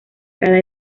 cada